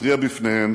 להתריע עליהן